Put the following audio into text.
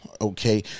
okay